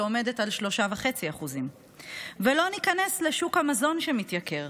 שעומדת על 3.5%. לא ניכנס לשוק המזון שמתייקר,